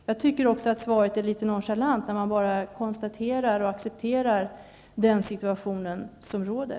Jag tycker också att svaret är litet nonchalant, när statsrådet bara konstaterar och accepterar den situation som råder.